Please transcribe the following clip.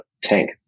tank